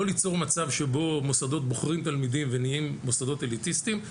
לא ליצור מצב שבו מוסדות בוחרים תלמידים ונהיים מוסדות אליטיסטיים,